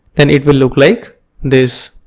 then it will look like this.